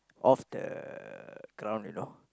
off the ground you know